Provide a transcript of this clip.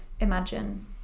imagine